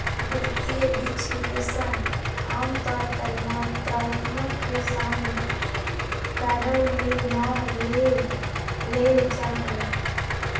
वित्तीय विश्लेषक आमतौर पर मात्रात्मक के शामिल करय ले नै लेल जा हइ